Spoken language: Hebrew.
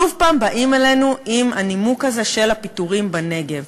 שוב פעם באים אלינו עם הנימוק הזה של הפיטורים בנגב.